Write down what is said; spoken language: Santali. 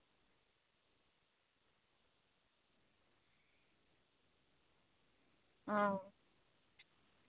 ᱦᱮᱸ